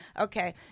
Okay